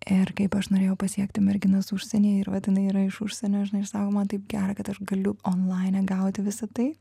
ir kaip aš norėjau pasiekti merginas užsienyje ir vat jinai yra iš užsienio žinai ir sako man taip gera kad aš galiu onlaine gauti visą tai